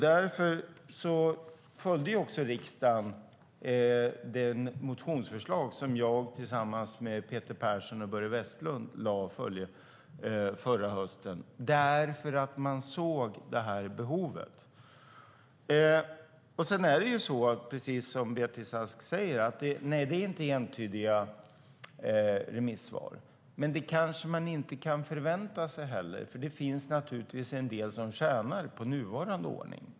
Därför följde riksdagen det motionsförslag som jag lade fram tillsammans med Peter Persson och Börje Vestlund förra hösten. Den såg behovet. Precis som Beatrice Ask säger är remissvaren inte entydiga, men det kanske man inte kan förvänta sig heller. Det finns naturligtvis en del som tjänar på nuvarande ordning.